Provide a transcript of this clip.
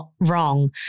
wrong